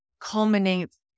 culminates